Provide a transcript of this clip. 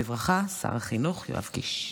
בברכה, שר החינוך יואב קיש.